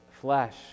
flesh